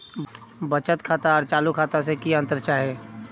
बचत खाता आर चालू खाता से की अंतर जाहा?